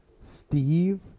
Steve